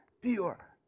Pure